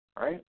right